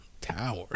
tower